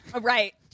Right